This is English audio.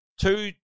two